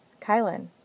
Kylan